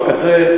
בקצה,